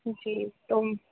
جی تو